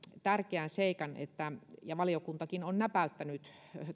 tärkeän seikan ja valiokuntakin on näpäyttänyt